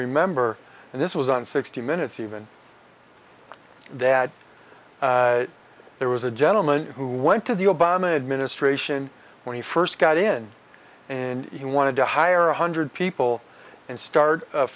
remember this was on sixty minutes even that there was a gentleman who went to the obama administration when he first got in and he wanted to hire a hundred people and start